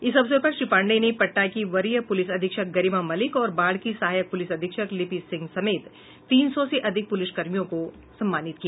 इस अवसर पर श्री पांडेय ने पटना की वरीय पुलिस अधीक्षक गरिमा मलिक और बाढ़ की सहायक पुलिस अधीक्षक लिपि सिंह समेत तीन सौ से अधिक पुलिसकर्मियों को सम्मानित किया